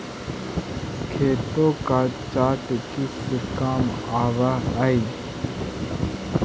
खातों का चार्ट किस काम आवअ हई